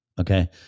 okay